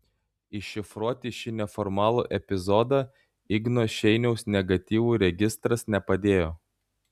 iššifruoti šį neformalų epizodą igno šeiniaus negatyvų registras nepadėjo